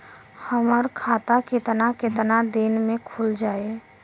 हमर खाता कितना केतना दिन में खुल जाई?